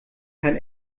kein